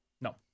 No